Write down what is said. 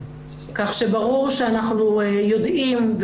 כך שברור שאנחנו יודעים,